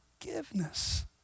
Forgiveness